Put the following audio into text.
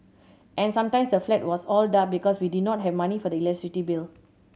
and sometimes the flat was all dark because we did not have money for the electricity bill